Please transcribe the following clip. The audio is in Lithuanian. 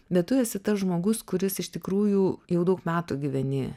bet tu esi tas žmogus kuris iš tikrųjų jau daug metų gyveni